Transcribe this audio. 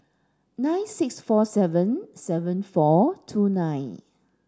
nine six four seven seven four two nine